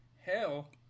Hell